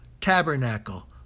tabernacle